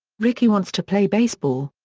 rickey wants to play baseball.